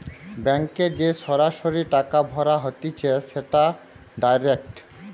ব্যাংকে যে সরাসরি টাকা ভরা হতিছে সেটা ডাইরেক্ট